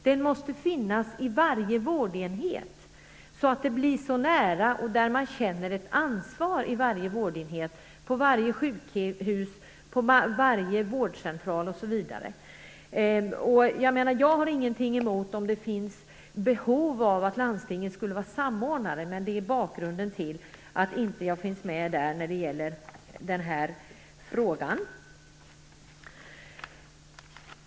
Detta måste finnas i varje vårdenhet så att det kommer nära, så att man känner ett ansvar i varje vårdenhet, på varje sjukhus, på varje vårdcentral osv. Jag har dock, om det finns behov av det, inget emot att landstingen skulle kunna vara samordnare. Det är bakgrunden till jag inte finns med när det gäller den frågan.